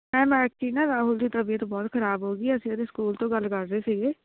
ma'am actually ਨਾ ਰਾਹੁਲ ਦੀ ਤਬੀਅਤ ਬਹੁਤ ਖਰਾਬ ਹੋ ਗਈ ਅਸੀਂ ਉਹਦੇ ਸਕੂਲ ਤੋਂ ਗੱਲ ਕਰ ਰਹੇ ਸੀਗੇ